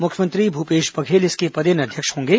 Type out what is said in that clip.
मुख्यमंत्री भूपेश बघेल इसके पदेन अध्यक्ष होंगे